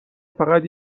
فقط